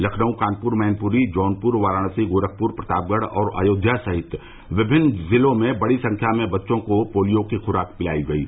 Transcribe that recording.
लखनऊ कानपुर मैनपुरी जौनपुर वाराणसी गोरखपुर प्रतापगढ़ और अयोध्या सहित विभिन्न जिलों में बड़ी संख्या में बच्चों को पोलियो की खुराक पिलायी गयी